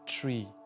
tree